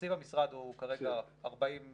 תקציב המשרד הוא כרגע 42